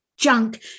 junk